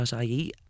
ie